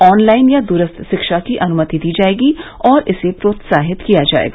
online या दूरस्थ शिक्षा की अनुमति दी जाएगी और इसे प्रोत्साहित किया जाएगा